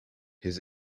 his